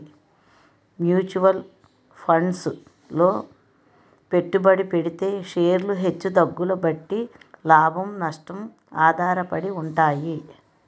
mutual funds లో పెట్టుబడి పెడితే షేర్లు హెచ్చు తగ్గుల బట్టి లాభం, నష్టం ఆధారపడి ఉంటాయి